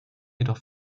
jedoch